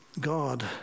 God